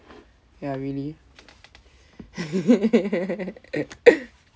ya really